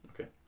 Okay